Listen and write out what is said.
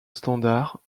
standard